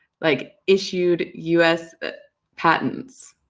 like issued us patents.